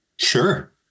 sure